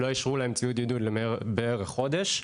לא אישרו להם ציוד עידוד לבערך חודש.